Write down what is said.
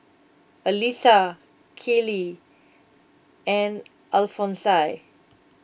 Elisa Keely and Alphonsine